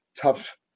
tough